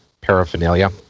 paraphernalia